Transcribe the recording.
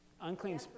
unclean